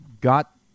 got